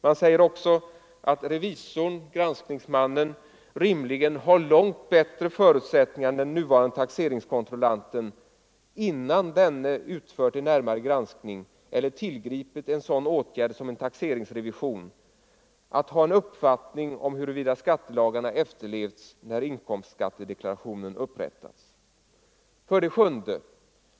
Man säger också att revisorn — granskningsmannen — rimligen har 51 långt bättre förutsättningar än den nuvarande taxeringskontrollanten, innan denne utfört en närmare granskning eller tillgripit en sådan åtgärd som en taxeringsrevision, att ha en uppfattning om huruvida skattelagarna efterlevts när inkomstskattedeklarationen upprättats. 7.